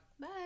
bye